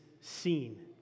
seen